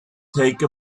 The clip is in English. take